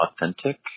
authentic